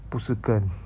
不是更